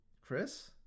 Chris